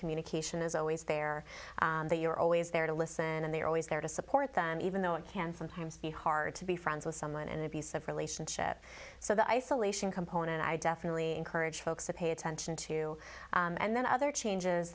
communication is always there that you're always there to listen and they're always there to support them even though it can sometimes be hard to be friends with someone and abusive relationship so that isolation component i definitely encourage folks to pay attention to you and then other changes